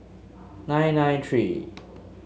nine nine three